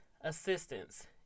assistance